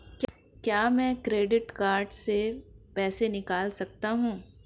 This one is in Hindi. क्या मैं क्रेडिट कार्ड से पैसे निकाल सकता हूँ?